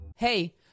Hey